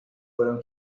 fueron